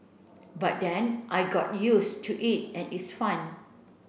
but then I got used to it and its fun